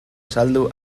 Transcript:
azaldu